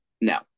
No